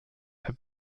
have